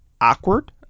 awkward